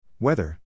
Weather